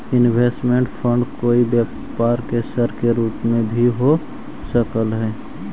investment fund कोई व्यापार के सर के रूप में भी हो सकऽ हई